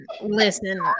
listen